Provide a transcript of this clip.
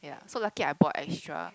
ya so lucky I brought extra